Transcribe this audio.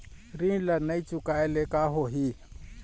ऋण ला नई चुकाए ले का होही?